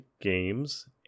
games